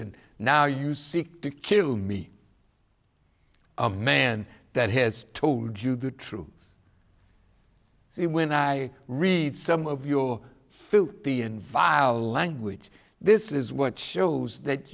and now you seek to kill me a man that has told you true it when i read some of your filthy and vile language this is what shows that